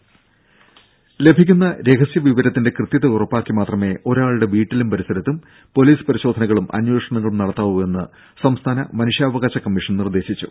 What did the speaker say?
രുര ലഭിക്കുന്ന രഹസ്യ വിവരത്തിന്റെ കൃത്യത ഉറപ്പാക്കി മാത്രമേ ഒരാളുടെ വീട്ടിലും പരിസരത്തും പൊലീസ് പരിശോധനകളും അന്വേഷണങ്ങളും നടത്താവൂ എന്ന് സംസ്ഥാന മനുഷ്യാവകാശ കമ്മീഷൻ നിർദ്ദേശിച്ചു